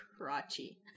Crotchy